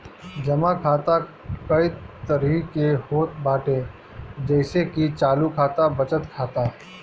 जमा खाता कई तरही के होत बाटे जइसे की चालू खाता, बचत खाता